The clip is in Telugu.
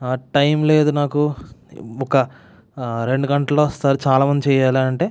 టైం లేదు నాకు ఒక రెండు గంటల్లో వస్తారు చాలామందికి చేయాలంటే